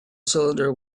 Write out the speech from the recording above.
cylinder